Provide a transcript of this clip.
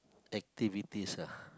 activities ah